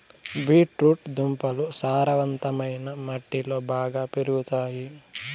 beet root దుంపలు సారవంతమైన మట్టిలో బాగా పెరుగుతాయి